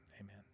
Amen